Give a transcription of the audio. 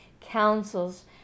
counsels